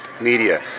media